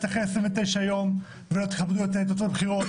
אחרי 29 יום ולא תכבדו את תוצאות הבחירות,